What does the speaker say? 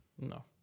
No